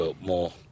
more